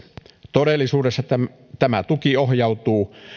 todellisuudessa tämä tuki ohjautuu